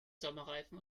sommerreifen